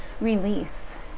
release